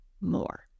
more